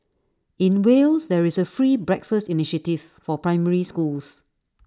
in Wales there is A free breakfast initiative for primary schools